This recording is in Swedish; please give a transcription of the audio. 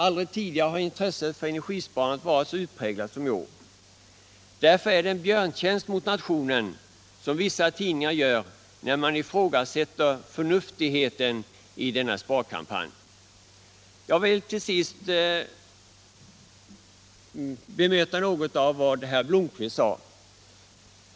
Aldrig tidigare har intresset för energisparandet varit så utpräglat som i år. Därför gör vissa tidningar nationen en björntjänst, när de ifrågasätter förnuftigheten i denna sparkampanj. Till sist vill jag något bemöta vad herr Blomkvist sade.